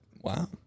Wow